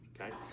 okay